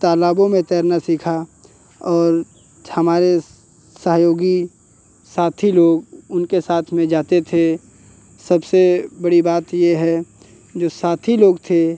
तालाबों में तैरना सीखा और हमारे सहयोगी साथी लोग उनके साथ में जाते थे सबसे बड़ी बात ये है जो साथी लोग थे